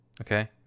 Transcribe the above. okay